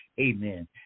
Amen